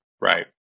Right